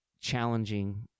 challenging